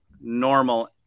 normal